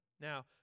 now